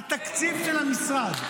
התקציב של המשרד,